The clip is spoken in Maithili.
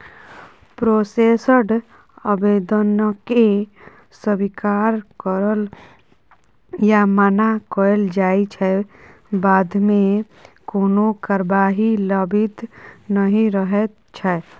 प्रोसेस्ड आबेदनकेँ स्वीकारल या मना कएल जाइ छै बादमे कोनो कारबाही लंबित नहि रहैत छै